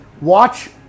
Watch